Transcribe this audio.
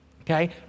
Okay